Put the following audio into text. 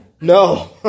No